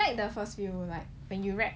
I like the first few like when you wrap